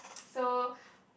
so